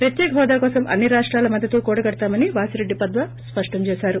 ప్రత్యేక హోదా కోసం అన్ని రాష్టాల మద్దతు కూడగడతామని వాసిరెడ్డి పద్మ స్పష్టం చేశారు